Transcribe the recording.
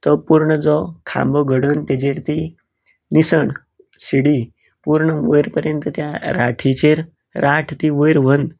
तो पुर्ण जो खांबो घडोवन तेजेर ती निसण शिडी पुर्ण वयर पर्यंत त्या राठीचेर राठ ती वयर व्हरून